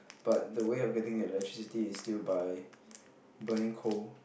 but the way of getting electricity is still by burning coal